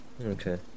Okay